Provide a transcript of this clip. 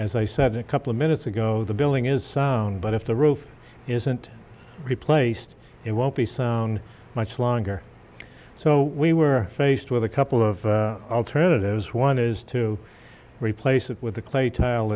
as i said a couple of minutes ago the building is sound but if the roof isn't replaced it won't be so much longer so we were faced with a couple of alternatives one is to replace it with the clay tile